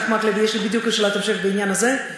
ח"כ מקלב, יש לי בדיוק שאלת המשך בעניין הזה.